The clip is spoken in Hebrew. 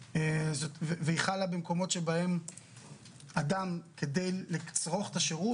והיא חלה במקומות שבהם אדם כדי לצרוך את השרות,